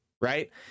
right